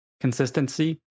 consistency